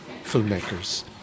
Filmmakers